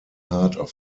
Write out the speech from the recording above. heart